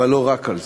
אבל לא רק על זה,